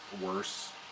Worse